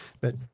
but-